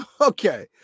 Okay